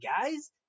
guys